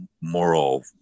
moral